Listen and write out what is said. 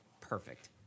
perfect